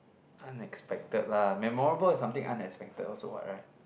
unexpected lah memorable is something unexpected also what right